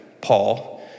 Paul